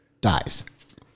dies